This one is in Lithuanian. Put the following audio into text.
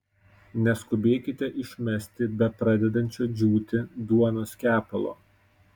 neskubėkite išmesti bepradedančio džiūti duonos kepalo